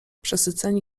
przesyceni